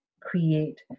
create